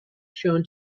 shown